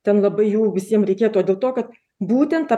ten labai jų visiem reikėtų o dėl to kad būtent